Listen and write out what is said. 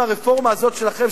אם הרפורמה הזאת שלכם,